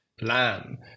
lamb